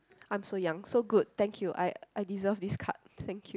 I'm so young so good thank you I I deserve this card thank you